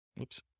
Oops